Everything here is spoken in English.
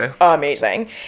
amazing